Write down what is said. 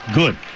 good